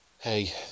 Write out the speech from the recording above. Hey